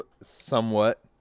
somewhat